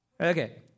Okay